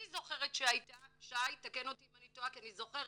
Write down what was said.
אני זוכרת שהייתה ושי תקן אותי אם אני טועה כי אני זוכרת